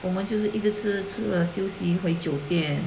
我们就是一直吃吃了休息回酒店